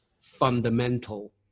fundamental